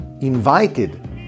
invited